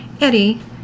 Eddie